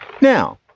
Now